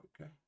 Okay